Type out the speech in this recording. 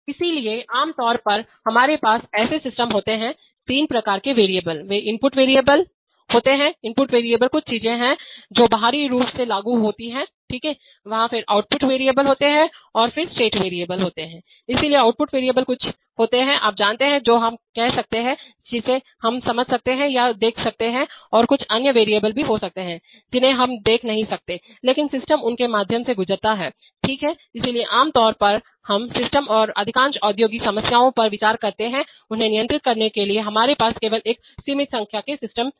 इसलिए आम तौर पर हमारे पास ऐसे सिस्टम होते हैं तीन प्रकार के चरवेरिएबल वे इनपुट चर इनपुट वेरिएबलहोते हैं इनपुट वेरिएबल कुछ चीजें हैं जो बाहरी रूप से लागू होती हैं ठीक है वहां फिर आउटपुट चर वेरिएबल होते हैं और फिर स्टेट चर स्टेट वेरिएबल होते हैं इसलिए आउटपुट वेरिएबल कुछ होते हैं आप जानते हैं जो हम कह सकते हैं जिसे हम समझ सकते हैं या देख सकते हैं और कुछ अन्य वेरिएबल भी हो सकते हैं जिन्हें हम देख नहीं सकते हैं लेकिन सिस्टम उनके माध्यम से गुजरता है ठीक हैइसलिए आमतौर पर हम सिस्टम और अधिकांश औद्योगिक समस्याओं पर विचार करते हैं उन्हें नियंत्रित करने के लिए हमारे पास केवल एक सीमित संख्या के सिस्टम स्टेटहै